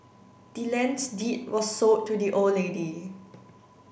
the land's deed was sold to the old lady